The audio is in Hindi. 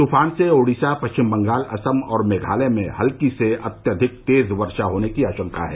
तूफान से ओडिशा पश्चिम बंगाल असम और मेघालय में हल्की से अत्यधिक तेज वर्षा होने की आशंका है